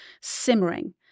simmering